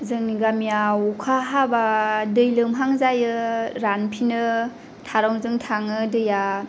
जोंनि गामियाव अखा हाब्ला दै लोमहां जायो रानफिनो थारंजों थाङो दैया